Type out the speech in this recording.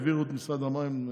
העבירו את משרד המים,